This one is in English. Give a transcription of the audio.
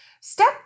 Step